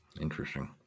Interesting